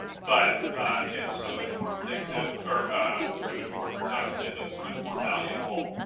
but it's so much more predictive or so much more productive and so much more valuable